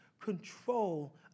control